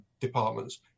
departments